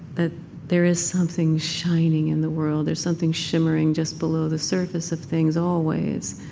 that there is something shining in the world, there's something shimmering just below the surface of things, always.